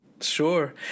Sure